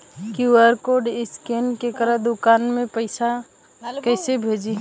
QR code scan करके दुकान में पैसा कइसे भेजी?